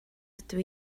ydw